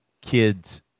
kids